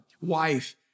wife